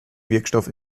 wirkstoff